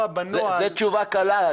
זו תשובה קלה.